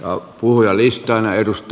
ja puhujalistaan